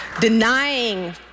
denying